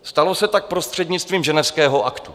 Stalo se tak prostřednictvím Ženevského aktu.